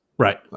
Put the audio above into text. Right